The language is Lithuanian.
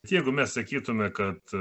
jeigu mes sakytume kad